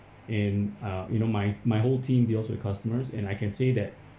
and uh you know my my whole team deals with customers and I can say that